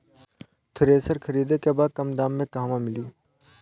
Thresher खरीदे के बा कम दाम में कहवा मिली?